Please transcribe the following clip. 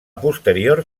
posterior